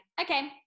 okay